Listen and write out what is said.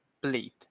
bleed